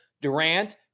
Durant